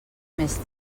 més